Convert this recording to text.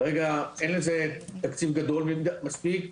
כרגע אין לזה תקציב גדול מספיק.